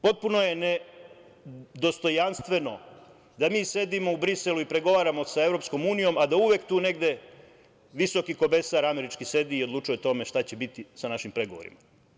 Potpuno je ne dostojanstveno da mi sedimo u Briselu i pregovaramo sa EU, a da uvek tu negde visoki komesar američki sedi i odlučuje o tome šta će biti sa našim pregovorima.